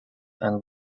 and